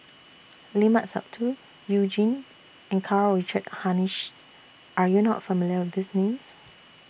Limat Sabtu YOU Jin and Karl Richard Hanitsch Are YOU not familiar with These Names